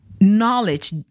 knowledge